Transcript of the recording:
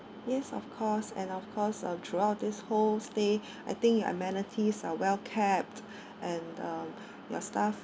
yes of course and of course uh throughout this whole stay I think amenities are well kept and uh your staff